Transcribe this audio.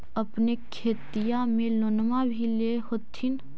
अपने खेतिया ले लोनमा भी ले होत्थिन?